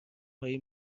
پایی